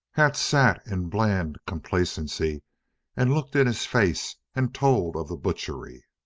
had sat in bland complacency and looked in his face and told of the butchery.